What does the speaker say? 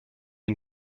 une